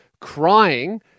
crying